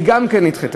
היא גם נדחתה.